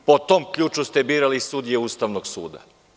Po tom ključu ste birali sudije Ustavnog suda.